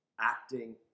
acting